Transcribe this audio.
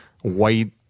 white